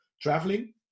traveling